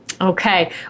Okay